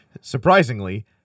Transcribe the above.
Surprisingly